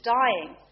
dying